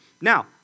Now